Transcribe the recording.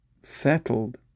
settled